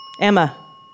Emma